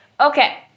Okay